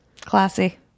classy